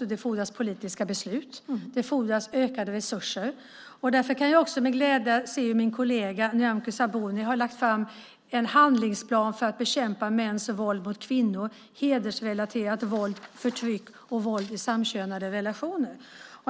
det politiska beslut och ökade resurser. Därför ser jag med glädje att min kollega Nyamko Sabuni har lagt fram en handlingsplan för att bekämpa mäns våld mot kvinnor, hedersrelaterat våld, förtryck och våld i samkönade relationer.